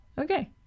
Okay